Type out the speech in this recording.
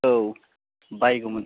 औ बायगौमोन